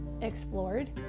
explored